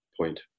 point